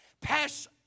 pass